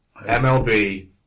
MLB